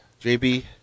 JB